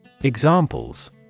Examples